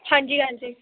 ਹਾਂਜੀ ਹਾਂਜੀ